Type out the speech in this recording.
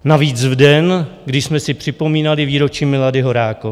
Navíc v den, kdy jsme si připomínali výročí Milady Horákové.